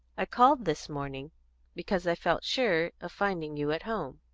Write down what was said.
i called this morning because i felt sure of finding you at home.